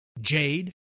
jade